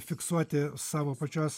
fiksuoti savo pačios